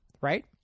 right